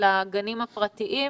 לגנים הפרטיים.